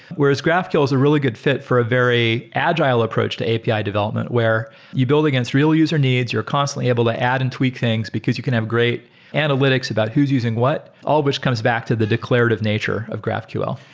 whereas graphql is a really good fit for a very agile approach to api development where you build against real user needs, you're constantly able to add and tweak things because you can have great analytics about who's using what, all which comes back to the declarative nature of graphql.